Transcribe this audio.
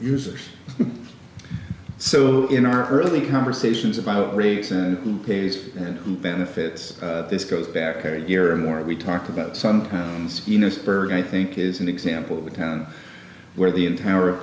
users so in our early conversations about race and who pays and who benefits this goes back a year or more we talk about some kinds you know i think is an example of a town where the entire